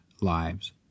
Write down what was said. lives